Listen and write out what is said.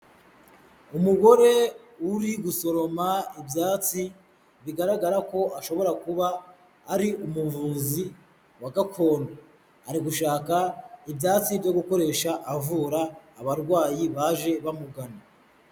Umugore uri gusoroma ibyatsi, bigaragara ko ashobora kuba ari umuvuzi wa gakondo, ari gushaka ibyatsi byo gukoresha avura abarwayi baje bamugana.